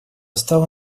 стала